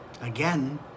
again